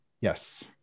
yes